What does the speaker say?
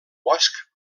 bosc